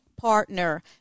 partner